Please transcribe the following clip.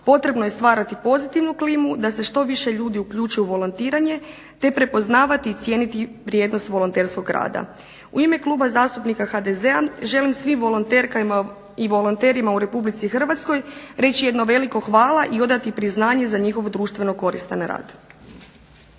Potrebno je stvarati pozitivnu klimu da se što više ljudi uključi u volontiranje te prepoznavati i cijeniti vrijednost volonterskog rada. U ime Kluba zastupnika HDZ-a želim svim volonterkama i volonterima u RH reći jedno veliko hvala i odati priznanje za njihov društveno koristan rad.